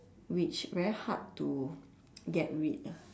which very hard to get rid ah